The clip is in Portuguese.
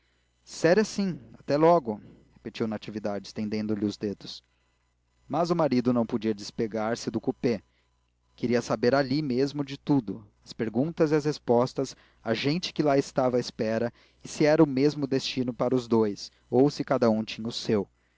séria sim até logo repetiu natividade estendendo-lhe os dedos mas o marido não podia despegar se do coupé queria saber ali mesmo tudo as perguntas e as respostas a gente que lá estava à espera e se era o mesmo destino para os dous ou se cada um tinha o seu